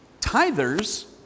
Tithers